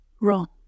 wrong